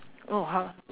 no how